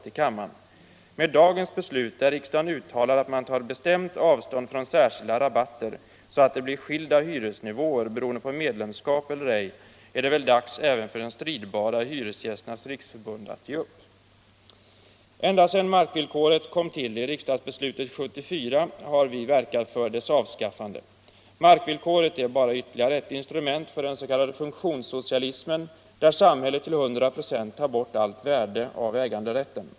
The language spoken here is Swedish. Med det som torde bli dagens beslut, att riksdagen uttalar att den tar bestämt avstånd från särskilda rabatter, så att det blir särskilda hyresnivåer beroende på medlemskap eller ej, är det väl dags även för de stridbara i Hyresgästernas riksförbund att ge upp. Ända sedan markvillkoret kom till i riksdagsbeslut 1974 har vi verkat för dess avskaffande. Markvillkoret är bara ytterligare ett instrument för den s.k. funktionssocialismen, där samhället till 100 96 tar bort allt värde av äganderätten.